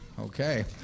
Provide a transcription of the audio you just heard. okay